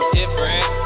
different